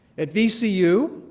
at vcu,